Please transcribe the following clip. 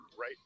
right